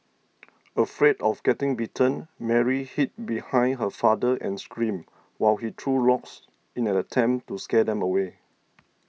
afraid of getting bitten Mary hid behind her father and screamed while he threw rocks in an attempt to scare them away